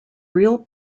real